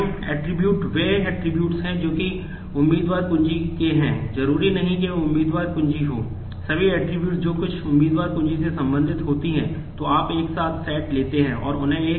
तो इन समस्याओं का अभ्यास करें